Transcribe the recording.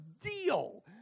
deal